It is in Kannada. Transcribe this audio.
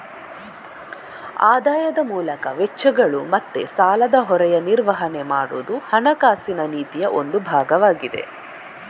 ಆದಾಯದ ಮೂಲಕ ವೆಚ್ಚಗಳು ಮತ್ತೆ ಸಾಲದ ಹೊರೆಯ ನಿರ್ವಹಣೆ ಮಾಡುದು ಹಣಕಾಸಿನ ನೀತಿಯ ಒಂದು ಭಾಗವಾಗಿದೆ